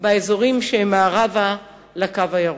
באזורים שהם מערבה מ"הקו הירוק".